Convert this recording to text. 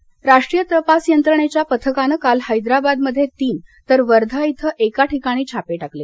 छापे राष्ट्रीय तपास यंत्रणेच्या पथकानं काल हैदराबादमध्ये तीन तर वर्धा इथ एका ठिकाणी छापे टाकले